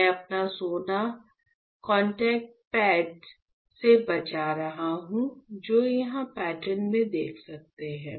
मैं अपना सोना कॉन्टैक्ट पैड्स से बचा रहा हूं जो यहाँ पैटर्न में देख सकते है